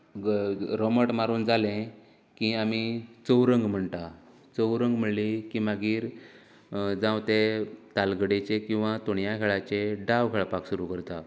ग रोमट मारून जाले की आमी चौरंग म्हणटा चौरंग म्हणली की मागीर जावं ते तालगडेचे किंवां तोणया खेळाचे डाव खेळपाक सुरू करता